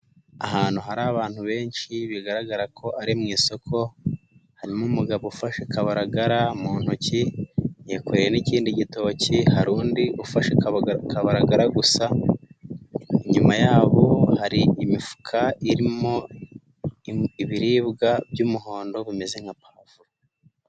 Ahantu hari abantu benshi, bigaragara ko ari mu isoko, harimo umugabo ufashe kabaragara mu ntoki, yikoreye n'ikindi gitoki, hari undi ufashe kabaragara gusa, inyuma yabo hari imifuka irimo, ibiribwa by'umuhondo bimeze nka pavuro.